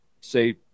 say